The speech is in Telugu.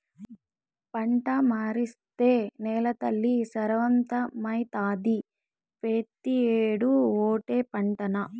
పంట మార్సేత్తే నేలతల్లి సారవంతమైతాది, పెతీ ఏడూ ఓటే పంటనా